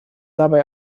dabei